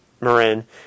Marin